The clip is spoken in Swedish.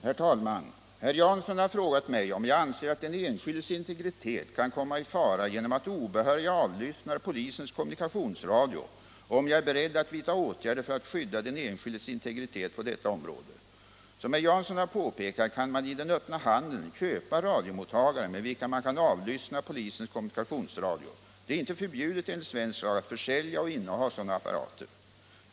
Herr talman! Herr Jansson har frågat mig om jag anser att den enskildes integritet kan komma i fara genom att obehöriga avlyssnar polisens kommunikationsradio och om jag är beredd att vidta åtgärder för att skydda den enskildes integritet på detta område. Som herr Jansson har påpekat kan man i den öppna handeln köpa radiomottagare med vilka man kan avlyssna polisens kommunikationsradio. Det är inte förbjudet enligt svensk lag att försälja och inneha sådana apparater.